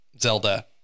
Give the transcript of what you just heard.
Zelda